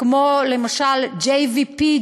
למשל JVP,